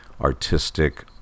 artistic